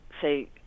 say